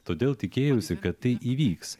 todėl tikėjausi kad tai įvyks